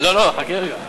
להעביר את